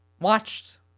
watched